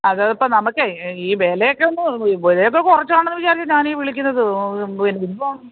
അത് ഇപ്പം നമുക്കേ ഈ വിലയൊക്കെ ഒന്ന് വിലയൊക്കെ കുറച്ചാണെന്നു വിചാരിച്ചിട്ടാണ് ഞാൻ ഈ വിളിക്കുന്നത് ഇതിപ്പൊ